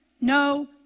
no